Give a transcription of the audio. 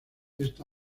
esta